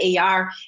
AR